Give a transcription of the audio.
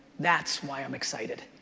that's why i'm excited.